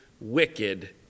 wicked